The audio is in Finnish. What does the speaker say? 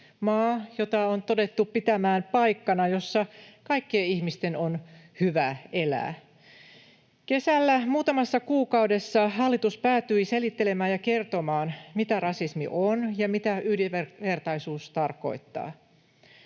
maa, jota on totuttu pitämään paikkana, jossa kaikkien ihmisten on hyvä elää. Kesällä muutamassa kuukaudessa hallitus päätyi selittelemään ja kertomaan, mitä rasismi on ja mitä yhdenvertaisuus tarkoittaa.